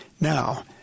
Now